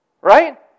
Right